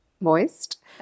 moist